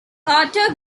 otto